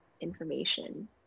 information